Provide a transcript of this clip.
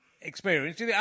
experience